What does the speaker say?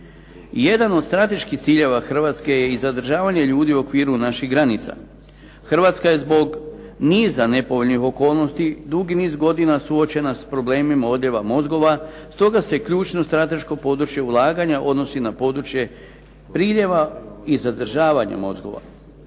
Jedan od strateških ciljeva Hrvatske je i zadržavanje ljudi u okviru naših granica. Hrvatska je zbog niza nepovoljnih okolnosti dugi niz godina suočena s problemima odljeva mozgova. Stoga se ključno strateško područje ulaganja odnosi na područje priljeva i zadržavanja mozgova.